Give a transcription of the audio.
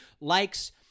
likes